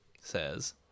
says